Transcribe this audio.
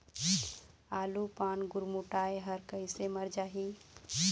आलू पान गुरमुटाए हर कइसे मर जाही?